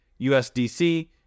USDC